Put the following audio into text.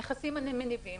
הנכסים המניבים.